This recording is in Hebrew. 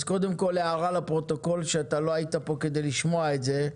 אז קודם כל הערה לפרוטוקול שאתה לא היית פה כדי לשמוע את זה,